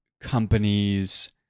companies